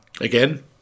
Again